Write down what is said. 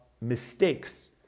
mistakes